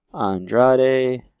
Andrade